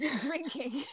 drinking